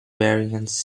variants